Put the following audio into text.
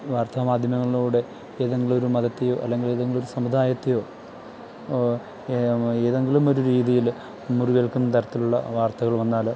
വാര്ത്താ മാധ്യമങ്ങളിലൂടെ ഏതെങ്കിലൊരു മതത്തെയോ അല്ലെങ്കിൽ ഏതെങ്കിലൊരു സമുദായത്തെയോ ഏതെങ്കിലും ഒരു രീതിയിൽ മുറിവേല്ക്കുന്ന തരത്തിലുള്ള വാര്ത്തകൾ വന്നാൽ